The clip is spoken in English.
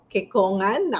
Kekongan